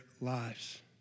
lives